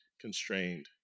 constrained